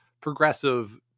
progressive